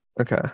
Okay